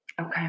Okay